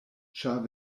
ĉar